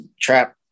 trap